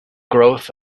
growth